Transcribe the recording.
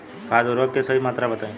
खाद उर्वरक के सही मात्रा बताई?